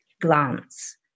glance